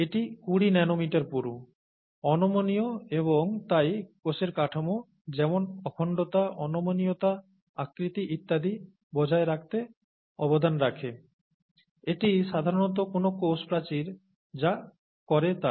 এটি 20 ন্যানোমিটার পুরু অনমনীয় এবং তাই কোষের কাঠামো যেমন অখণ্ডতা অনমনীয়তা আকৃতি ইত্যাদি বজায় রাখতে অবদান রাখে এটি সাধারণত কোনও কোষ প্রাচীর যা করে তা